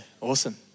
awesome